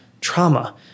trauma